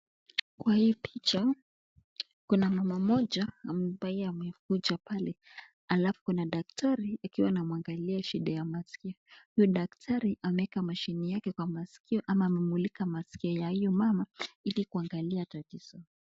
Kwa hii picha, kuna mama mmoja ambaye amekuja pale, alafu kuna dakitari akiwa anamwangalia shida ya maskio. Huyu dakitari ameweka mashine yake kwenye kwa maskio ama amemulika maskio ya huyu mama ili kuangalia tatizo.